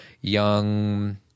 young